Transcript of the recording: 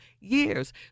years